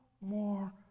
more